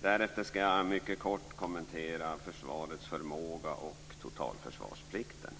Därefter skall jag mycket kort kommentera försvarets förmåga samt totalförsvarsplikten.